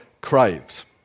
craves